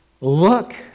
look